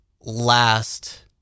last